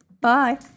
Bye